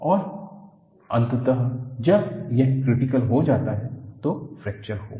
और अंततः जब यह क्रिटिकल हो जाता है तो फ्रैक्चर होगा